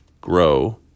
grow